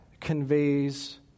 conveys